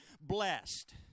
blessed